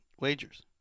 wagers